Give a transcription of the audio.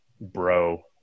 bro